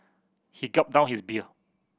he gulped down his beer